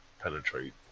penetrate